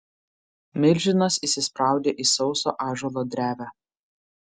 milžinas įsispraudė į sauso ąžuolo drevę